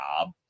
job